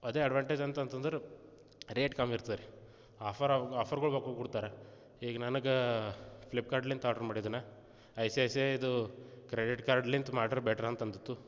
ಅದೇ ಅಡ್ವಾಂಟೇಜ್ ಅಂತ ಅಂತಂದ್ರೆ ರೇಟ್ ಕಮ್ಮಿರ್ತದೆ ರೀ ಆಫರ್ ಆಫರ್ಗಳು ಬಹಳ ಕೂಡ್ತಾರೆ ಈಗ ನನಗೆ ಫ್ಲಿಪ್ ಕಾರ್ಟನಿಂದ ಆರ್ಡ್ರ್ ಮಾಡಿದೆ ನಾ ಐ ಸಿ ಐ ಸಿದು ಕ್ರೆಡಿಟ್ ಕಾರ್ಡ್ನಿಂದ ಮಾಡಿರೆ ಬೆಟ್ರ್ ಅಂತ ಅಂದಿತು